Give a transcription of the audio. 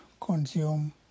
consume